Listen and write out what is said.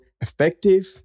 effective